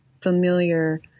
familiar